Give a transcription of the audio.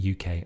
uk